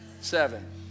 seven